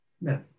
No